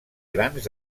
grans